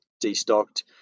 de-stocked